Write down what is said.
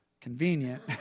convenient